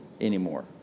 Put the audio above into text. anymore